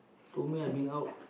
to me I bring out